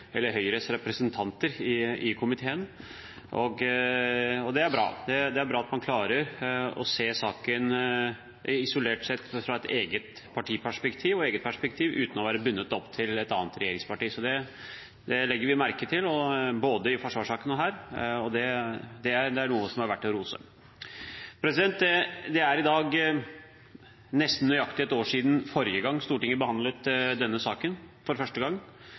eller Høyres representanter i komiteen. Det er bra. Det er bra at man klarer å se saken isolert sett, fra et eget partiperspektiv og eget perspektiv, uten å være bundet opp til et annet regjeringsparti. Det legger vi merke til, både i forsvarssaken og i denne saken, og det er noe som er verdt å rose. Det er i dag nesten nøyaktig et år siden forrige gang Stortinget behandlet denne saken – for første gang.